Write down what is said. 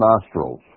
nostrils